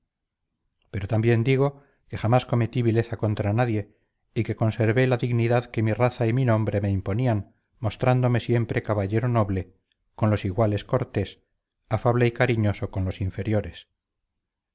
pero también digo que jamás cometí vileza contra nadie y que conservé la dignidad que mi raza y mi nombre me imponían mostrándome siempre caballero noble con los iguales cortés afable y cariñoso con los inferiores